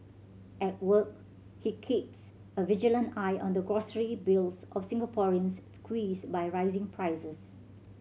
at work he keeps a vigilant eye on the grocery bills of Singaporeans squeezed by rising prices